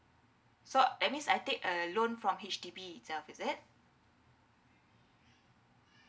so that means I take a loan from H_D_B itself is it